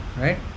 right